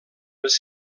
les